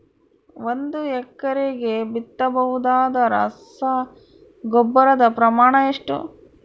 ಒಂದು ಎಕರೆಗೆ ಬಿತ್ತಬಹುದಾದ ರಸಗೊಬ್ಬರದ ಪ್ರಮಾಣ ಎಷ್ಟು?